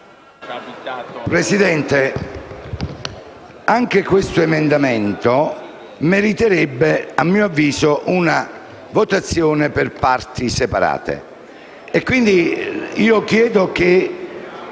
Presidente, anche l'emendamento 1.202 meriterebbe, a mio avviso, una votazione per parti separate.